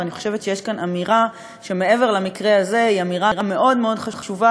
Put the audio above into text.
ואני חושבת שיש כאן אמירה שמעבר למקרה הזה היא אמירה מאוד מאוד חשובה